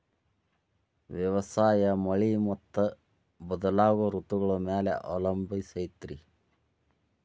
ವ್ಯವಸಾಯ ಮಳಿ ಮತ್ತು ಬದಲಾಗೋ ಋತುಗಳ ಮ್ಯಾಲೆ ಅವಲಂಬಿಸೈತ್ರಿ